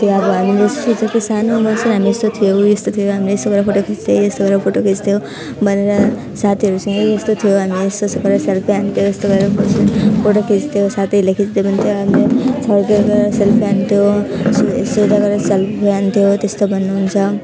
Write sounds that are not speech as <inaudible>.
त्यो अब हामी <unintelligible> सानो उमेरमा पनि हामी यस्तो थियौँ यस्तो थियौँ हामीले यस्तो गरेर फोटो खिच्थ्यो यस्तो गरेर फोटो खिच्थ्यो भनेर साथीहरूसँग यस्तो थियो हामी यस्तो यस्तो गरेर सेल्फी हान्थ्यो यस्तो गरेर फोटो खिच्थ्यो साथीहरूले खिचिदिएको हुन्थ्यो <unintelligible>